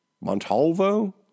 Montalvo